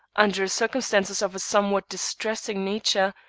under circumstances of a somewhat distressing nature,